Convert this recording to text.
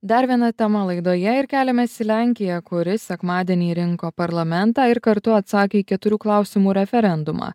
dar viena tema laidoje ir keliamės į lenkiją kuri sekmadienį rinko parlamentą ir kartu atsakė į keturių klausimų referendumą